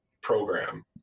program